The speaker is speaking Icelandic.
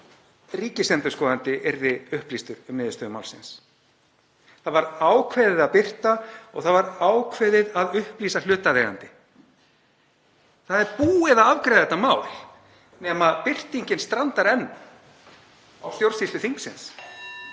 ríkisendurskoðandi yrði upplýstur um niðurstöðu málsins. Það var ákveðið að birta og það var ákveðið að upplýsa hlutaðeigandi. Það er búið að afgreiða þetta mál nema birtingin strandar enn á stjórnsýslu þingsins.